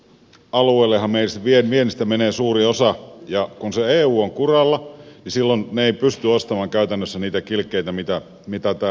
eu alueellehan meidän viennistä menee suurin osa ja kun se eu on kuralla niin silloin ne eivät pysty ostamaan käytännössä niitä kilkkeitä mitä täällä tehdään